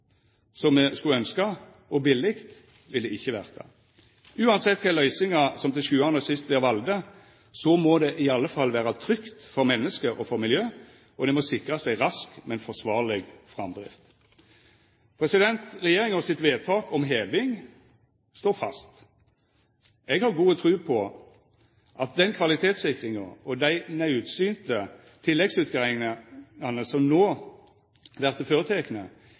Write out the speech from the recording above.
som me skulle ønskja, og billeg vil det ikkje verta. Uansett kva for løysingar som til sjuande og sist vert valde, må det i alle fall vera trygt for menneske og for miljø, og det må sikrast ei rask, men forsvarleg framdrift. Regjeringa sitt vedtak om heving står fast. Eg har god tru på at den kvalitetssikringa og dei naudsynte tilleggsutgreiingane som no vert føretekne,